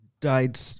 Died